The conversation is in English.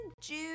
June